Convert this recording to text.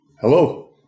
Hello